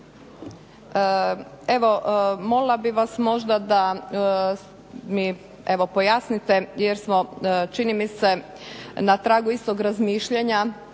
evo molila bih vas možda da mi evo pojasnite jer smo čini mi se na tragu istog razmišljanja,